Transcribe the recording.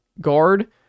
guard